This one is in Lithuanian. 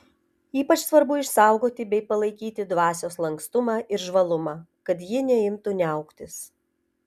ypač svarbu išsaugoti bei palaikyti dvasios lankstumą ir žvalumą kad ji neimtų niauktis